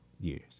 years